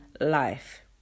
life